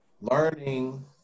learning